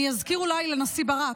אני אזכיר אולי לנשיא ברק,